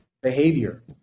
behavior